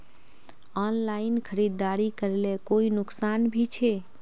Online खरीदारी करले कोई नुकसान भी छे?